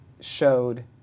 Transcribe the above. showed